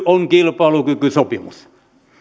on kilpailukykysopimus